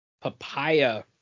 papaya